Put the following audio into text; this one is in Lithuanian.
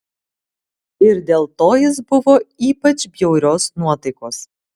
ir dėl to jis buvo ypač bjaurios nuotaikos